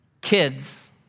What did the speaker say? kids